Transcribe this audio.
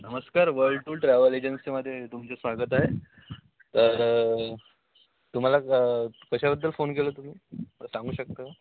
नमस्कार world tour travel एजन्सीमध्ये तुमचे स्वागत आहे तर तुम्हाला क कशाबद्दल फोन केलं तुम्ही सांगू शकता का